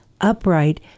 upright